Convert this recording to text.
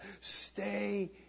Stay